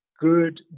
good